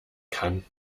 kann